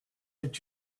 that